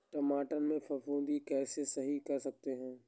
टमाटर से फफूंदी कैसे सही कर सकते हैं?